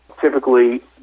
typically